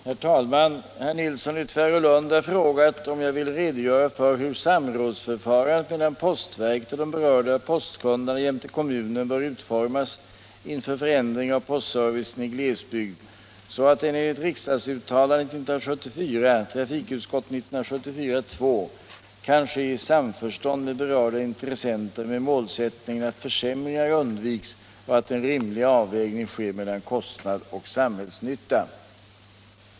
Herr talman! Herr Nilsson i Tvärålund har frågat om jag vill redogöra för hur samrådsförfarandet mellan postverket och de berörda postkunderna jämte kommunen bör utformas inför förändring av postservicen i glesbygd så att den enligt riksdagsuttalandet 1974 kan ske i samförstånd med berörda intressenter med målsättningen att försämringar undviks och att en rimlig avvägning sker mellan kostnad och samhällsnytta.